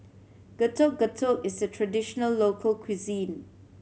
Getuk Getuk is a traditional local cuisine